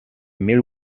mil